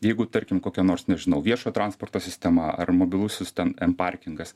jeigu tarkim kokia nors nežinau viešo transporto sistema ar mobilusis ten em parkingas